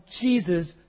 Jesus